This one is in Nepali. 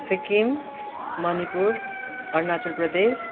सिक्किम मणिपुर अरुणाचल प्रदेश